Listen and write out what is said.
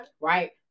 Right